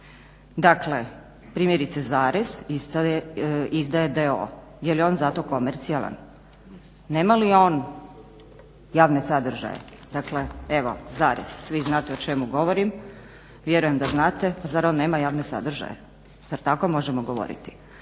Dakle primjerice zarez izdaje d.o.o., je li on zato komercijalan, nema li on javne sadržaje. Dakle evo zarez, svi znate o čemu govorim, vjerujem da znate. Pa zar on nema javne sadržaje, zar tako možemo govoriti?